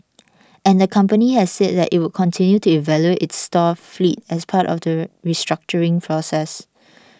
and the company has said that it would continue to evaluate its store fleet as part of the restructuring process